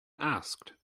asked